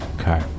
Okay